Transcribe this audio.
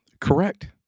Correct